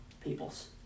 peoples